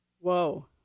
Whoa